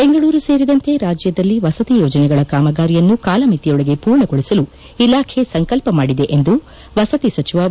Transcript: ಬೆಂಗಳೂರು ಸೇರಿದಂತೆ ರಾಜ್ಯದಲ್ಲಿ ವಸತಿ ಯೋಜನೆಗಳ ಕಾಮಗಾರಿಯನ್ನು ಕಾಲಮಿತಿಯೊಳಗೆ ಪೂರ್ಣಗೊಳಿಸಲು ಇಲಾಖೆ ಸಂಕಲ್ಪ ಮಾಡಿದೆ ಎಂದು ವಸತಿ ಸಚಿವ ವಿ